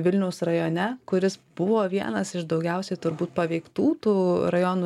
vilniaus rajone kuris buvo vienas iš daugiausiai turbūt paveiktų tų rajonų